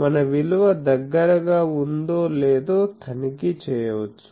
మన విలువ దగ్గరగా ఉందో లేదో తనిఖీ చేయవచ్చు